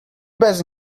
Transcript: bez